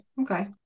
Okay